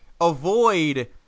avoid